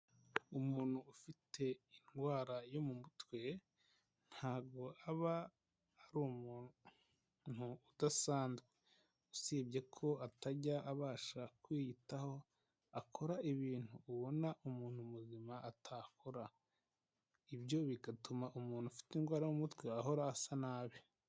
Umuntu ufite indwara yo mu mutwe ntabwo aba ari umuntu udasanzwe, usibye ko atajya abasha kwiyitaho akora ibintu ubona umuntu muzima atakora, ibyo bigatuma umuntu ufite indwara mu mutwe ahora asa nabi.